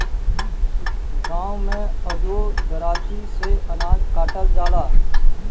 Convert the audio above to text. गाँव में अजुओ दराँती से अनाज काटल जाला